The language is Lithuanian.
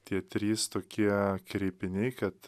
tie trys tokie kreipiniai kad